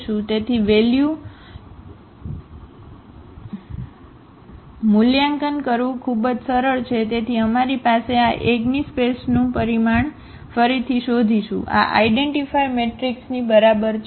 તેથી વેલ્યુકન કરવું ખૂબ જ સરળ છે તેથી અમારી પાસે આપણે આ એગિનસ્પેસનું પરિમાણ ફરીથી શોધીશું આ આઇડેન્ટીફાય મેટ્રિક્સની બરાબર છે